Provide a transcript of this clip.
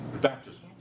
Baptism